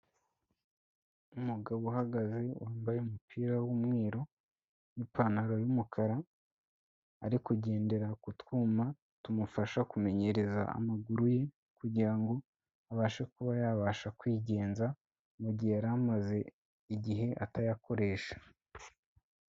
Umugabo uhagaze, wambaye umupira w'umweru, n'ipantaro y'umukara, ari kugendera ku twuma tumufasha kumenyereza amaguruye, kugira ngo abashe kuba yabasha kwigenza mu gihe yari amaze igihe atayakoresha.